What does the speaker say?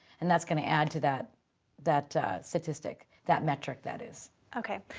and that's going to add to that that statistic, that metric that is. okay.